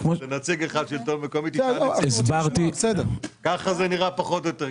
כך זה נראה פחות או יותר.